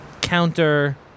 Counter